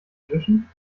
englischen